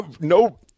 No